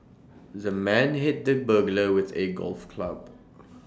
the man hit the burglar with A golf club